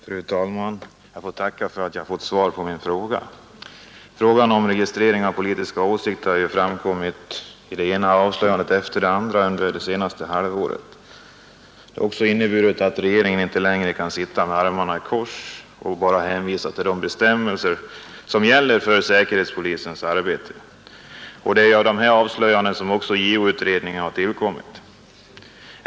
Fru talman! Jag får tacka för att jag fått svar på min fråga. Registrering av politiska åsikter har ju framkommit i det ena avslöjandet efter det andra under det senaste halvåret. Det har också inneburit att regeringen inte längre kan sitta med armarna i kors och bara hänvisa till de bestämmelser som gäller för säkerhetspolisens arbete. Och det är på grund av dessa avslöjanden som JO-utredningen har tillkommit.